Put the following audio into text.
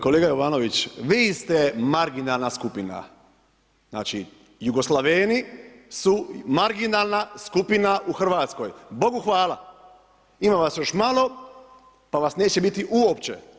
Kolega Jovanović, vi ste marginalna skupina, znači Jugoslaveni su marginalna skupina u Hrvatskoj, Bogu hvala, ima vas još malo pa vas neće biti uopće.